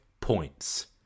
points